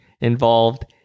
involved